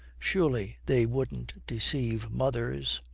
surely they wouldn't deceive mothers.